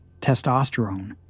testosterone